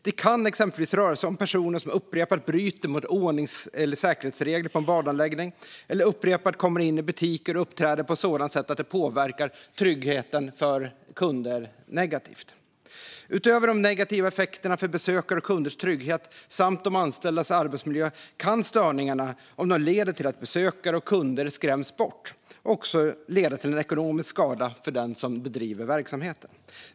Det kan exempelvis röra sig om personer som upprepat bryter mot ordnings eller säkerhetsregler på en badanläggning eller upprepat kommer in i butiker och uppträder på ett sådant sätt att det påverkar tryggheten för kunder negativt. Utöver de negativa effekterna för besökares och kunders trygghet samt de anställdas arbetsmiljö kan störningarna, om de leder till att besökare och kunder skräms bort, också leda till ekonomisk skada för den som bedriver verksamheten.